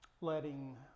letting